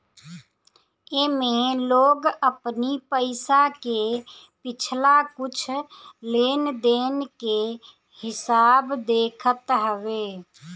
एमे लोग अपनी पईसा के पिछला कुछ लेनदेन के हिसाब देखत हवे